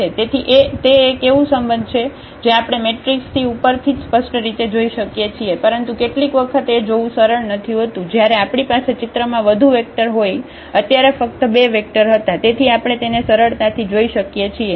તેથી તે એક એવું સંબંધ છે જે આપણે મેટ્રિક્સથી ઉપરથી જ સ્પષ્ટ રીતે જોઈ શકીએ છીએ પરંતુ કેટલીક વખત એ જોવું સરળ નથી હોતું જ્યારે આપણી પાસે ચિત્રમાં વધુ વેક્ટર હોય અત્યારે ફક્ત બે વેક્ટર હતા તેથી આપણે તેને સરળતાથી જોઈ શકીએ છીએ